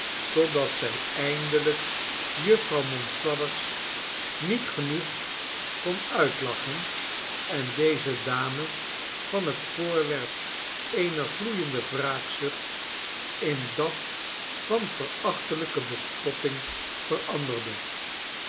totdat zij eindelijk jufvrouw monflathers niet genoeg kon uitlachen en deze dame van het voorwerp eener gloeiende wraakzucht in dat van verachtelijke bespotting